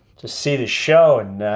to see the show and